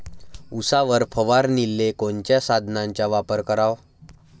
उसावर फवारनीले कोनच्या साधनाचा वापर कराव?